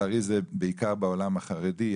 לצערי זה בעיקר בעולם החרדי,